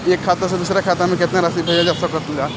एक खाता से दूसर खाता में केतना राशि भेजल जा सके ला?